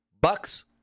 Bucks